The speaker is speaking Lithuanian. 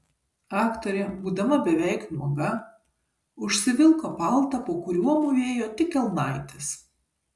aktorė būdama beveik nuoga užsivilko paltą po kuriuo mūvėjo tik kelnaites